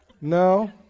No